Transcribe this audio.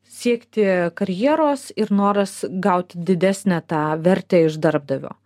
siekti karjeros ir noras gauti didesnę tą vertę iš darbdavio